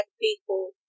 people